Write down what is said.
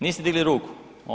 Niste digli ruku?